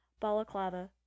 balaclava